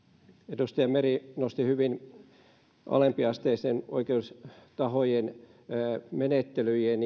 edustaja meri nosti hyvin alempiasteisten oikeustahojen menettelyjen